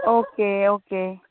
okay okay